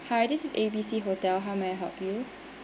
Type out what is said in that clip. hi this is A_B_C hotel how may I help you